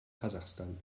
kasachstan